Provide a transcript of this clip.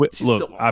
Look